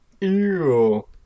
Ew